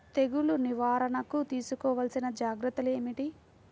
తెగులు నివారణకు తీసుకోవలసిన జాగ్రత్తలు ఏమిటీ?